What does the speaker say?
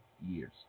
years